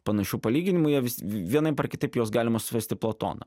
panašių palyginimų jie vienaip ar kitaip juos galima rasti platone